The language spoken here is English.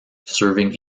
serving